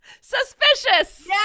Suspicious